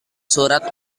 surat